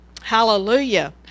hallelujah